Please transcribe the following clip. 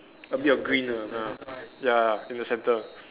a bit of green ah ya ya in the centre